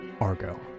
Argo